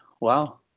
wow